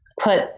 put